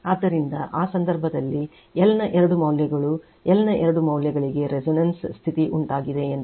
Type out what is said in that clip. ಆದ್ದರಿಂದ ಆ ಸಂದರ್ಭದಲ್ಲಿ L ನ ಎರಡು ಮೌಲ್ಯಗಳು L ನ ಎರಡು ಮೌಲ್ಯಗಳಿಗೆ resonance ಸ್ಥಿತಿ ಉಂಟಾಗಿದೆ ಎಂದು ಕರೆಯುತ್ತೇವೆ